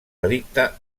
delicte